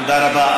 תודה רבה.